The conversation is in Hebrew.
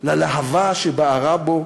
ללהבה שבערה בו,